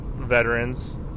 Veterans